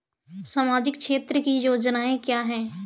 सामाजिक क्षेत्र की योजनाएँ क्या हैं?